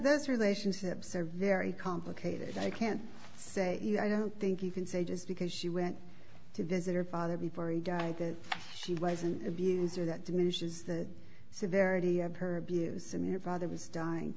this relationships are very complicated i can't say i don't think you can say just because she went to visit her father before he died that she was an abuser that diminishes the severity of her abuse and your brother was dying